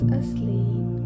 asleep